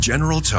General